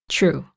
True